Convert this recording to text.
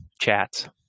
chats